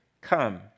come